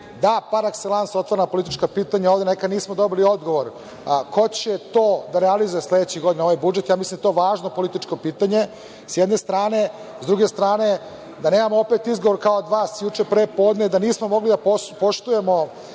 par ekselans su otvorena politička pitanja neka ovde, a nismo dobili odgovor ko će to da realizuje sledeće godine ovaj budžet? Ja mislim da je to važno političko pitanje, s jedne strane. S druge strane, da nemamo opet izgovor, kao od vas juče pre podne, da nismo mogli da poštujemo